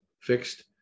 fixed